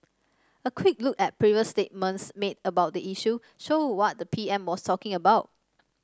a quick look at previous statements made about the issue show what the P M was talking about